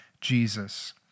Jesus